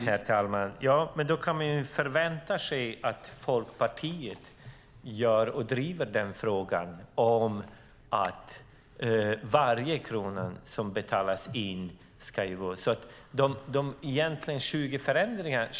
Herr talman! Då kan man förvänta sig att Folkpartiet driver på så att varje krona som betalas in ska gå till försäkringar.